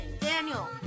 Daniel